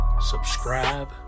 subscribe